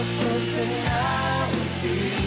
personality